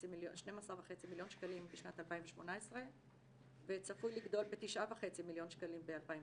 12.5 מיליון שקלים בשנת 2018 וצפוי לגדול ב-9.5 מיליון שקלים ב-2019.